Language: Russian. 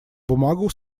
бумагу